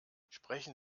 sprechen